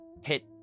hit